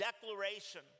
declaration